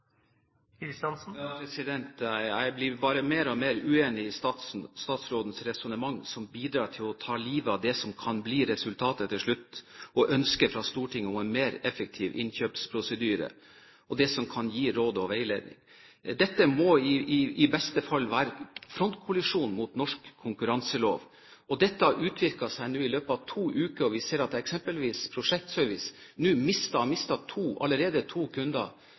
Jeg blir bare mer og mer uenig i statsrådens resonnement, som bidrar til å ta livet av det som kunne blitt resultatet til slutt, og som var ønsket fra Stortinget: en mer effektiv innkjøpsprosedyre, og noe som kan gi råd og veiledning. Dette må i beste fall være frontkollisjon med norsk konkurranselov. Dette har utviklet seg nå i løpet to uker. Vi ser eksempelvis at Prosjektservice allerede nå har mistet to